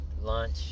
lunch